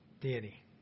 deity